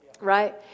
right